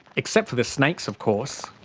except for the snakes of course.